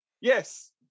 yes